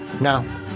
No